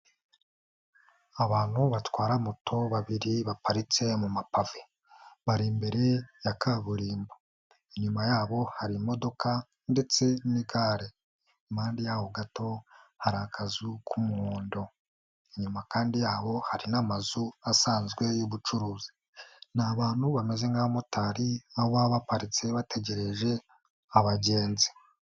Abantu batwara moto babiri baparitse mu mapave bari imbere ya kaburimbo, inyuma yabo hari imodoka ndetse n'igare, imoande yabo gato hari akazu k'umuhondo, inyuma kandi yabo hari n'amazu asanzwe y'ubucuruzi, ni abantu bameze nk'abamotari baba baparitse bategereje abagenzi.